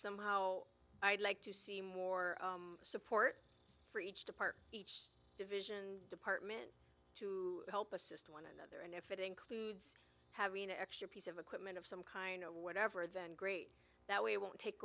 somehow i'd like to see more support for each depart each division department to help assist one another and if it includes having an extra piece of equipment of some kind whatever then great that way won't take